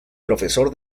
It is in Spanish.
profesor